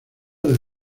del